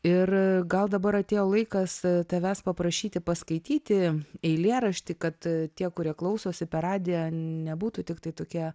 ir gal dabar atėjo laikas tavęs paprašyti paskaityti eilėraštį kad tie kurie klausosi per radiją nebūtų tiktai tokie